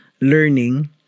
learning